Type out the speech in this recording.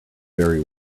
very